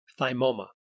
Thymoma